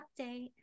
update